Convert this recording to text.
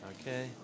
Okay